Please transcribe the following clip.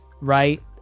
right